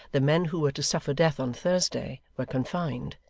the men who were to suffer death on thursday were confined.